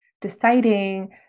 deciding